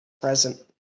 present